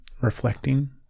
Reflecting